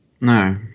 No